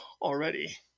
already